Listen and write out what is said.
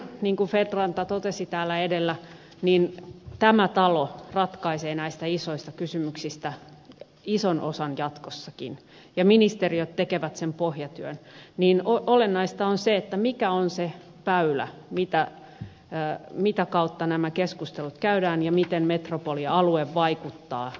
feldt ranta totesi täällä edellä tämä talo ratkaisee näistä isoista kysymyksistä ison osan jatkossakin ja ministeriöt tekevät sen pohjatyön niin olennaista on se mikä on se väylä mitä kautta nämä keskustelut käydään ja miten metropolialue vaikuttaa valtion suuntaan